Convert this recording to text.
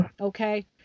Okay